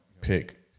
pick